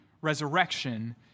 resurrection